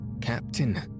Captain